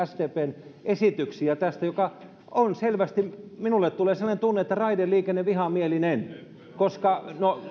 sdpn esitystä tästä joka on selvästi minulle tulee sellainen tunne raideliikennevihamielinen no